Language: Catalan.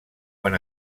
quan